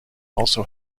also